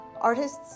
Artists